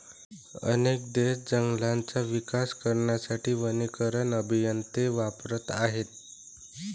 अनेक देश जंगलांचा विकास करण्यासाठी वनीकरण अभियंते वापरत आहेत